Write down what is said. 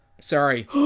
Sorry